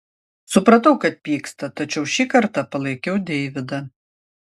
supratau kad pyksta tačiau šį kartą palaikiau deividą